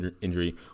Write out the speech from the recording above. injury